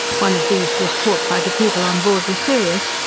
one of these was caught by the people on board the sirius,